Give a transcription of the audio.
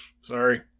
Sorry